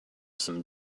some